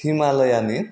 हिमालयानि